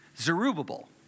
Zerubbabel